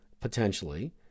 potentially